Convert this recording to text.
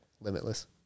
Limitless